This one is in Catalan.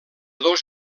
dos